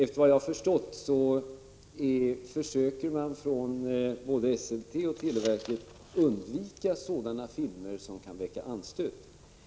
Efter vad jag har förstått försöker både Esselte och televerket undvika sådana filmer som kan väcka anstöt.